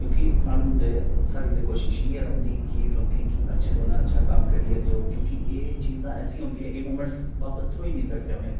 क्योंकि सानू ते साढ़ी ते कोशिश इ'यै रौंह्दी कि लोकें गी अच्छे कोला अच्छा कम्म करियै देओ क्योंकि एह् चीजां ऐसियां होंदियां एह् मुवमैंटस बापस थ्होई नी सकदे उ'नेंगी